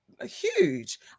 huge